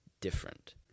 different